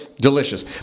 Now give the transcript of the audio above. delicious